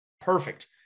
Perfect